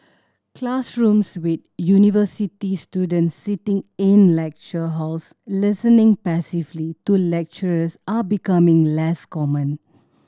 classrooms with university students sitting in lecture halls listening passively to lecturers are becoming less common